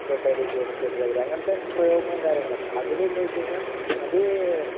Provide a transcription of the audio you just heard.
ചൊട്ടയിലെ ശീലം ചുടല വരെ അങ്ങനത്തെ പ്രയോഗങ്ങളും കാര്യങ്ങളൊക്കെ അതിലെന്താണെന്ന് വെച്ച് കഴിഞ്ഞാൽ അത്